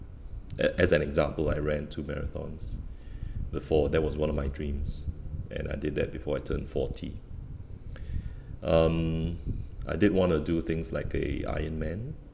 a~ as an example I ran two marathons before that was one of my dreams and I did that before I turn forty um I did wanna do things like a ironman